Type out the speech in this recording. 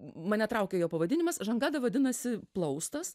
mane traukė jo pavadinimas žangada vadinasi plaustas